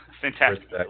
fantastic